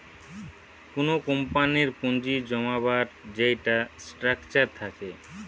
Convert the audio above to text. কুনো কোম্পানির পুঁজি জমাবার যেইটা স্ট্রাকচার থাকে